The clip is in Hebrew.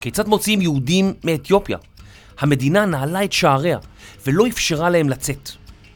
כיצד מוציאים יהודים מאתיופיה. המדינה נעלה את שעריה ולא אפשרה להם לצאת.